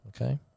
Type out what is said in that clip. Okay